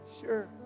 sure